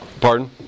pardon